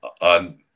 On